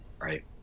Right